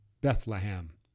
Bethlehem